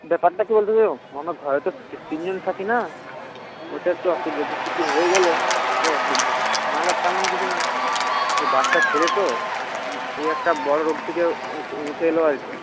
ব্যাপারটা কী বলতে আমরা ঘরে তো তিন জন থাকি না ওটা হচ্ছে অসুবিধা ওর কিছু হয়ে গেলে সেটা অসুবিধা না হলে তেমন কিছু নয় ওই বাচ্চা ছেলে তো এই একটা বড় রোগ থেকে উঠে এল আর কি